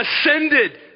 ascended